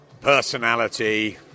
personality